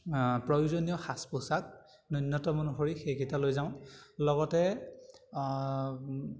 প্ৰয়োজনীয় সাজ পোছাক নূন্যতম অনুসৰি সেইকেইটা লৈ যাওঁ লগতে